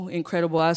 incredible